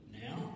Now